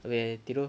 habis tidur